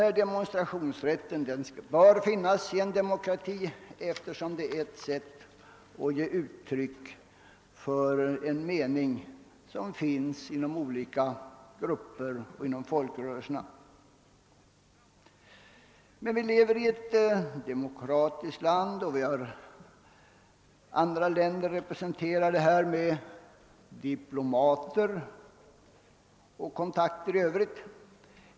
En demonstrationsrätt bör finnas i en demokrati, eftersom det för olika grupper och folkrörelser innebär en möjlighet att ge uttryck för sin mening. Vi lever emellertid i ett land, där andra länder är representerade bl.a. av diplomater och vi har även andra kontakter med utlandet i form av institutioner av olika slag.